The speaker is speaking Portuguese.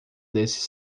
desses